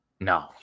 No